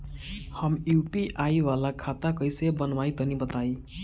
हम यू.पी.आई वाला खाता कइसे बनवाई तनि बताई?